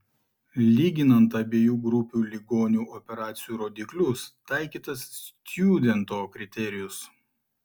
lyginant abiejų grupių ligonių operacijų rodiklius taikytas stjudento kriterijus